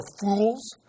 fools